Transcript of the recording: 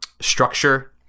structure